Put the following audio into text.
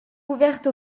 ouverte